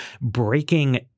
breaking –